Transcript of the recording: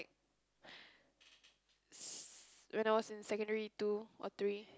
when I was in secondary two or three